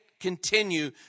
continue